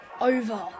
over